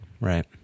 right